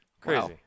Crazy